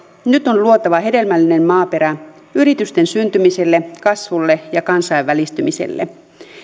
nyt on luotava hedelmällinen maaperä yritysten syntymiselle kasvulle ja kansainvälistymiselle